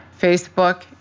Facebook